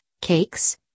cakes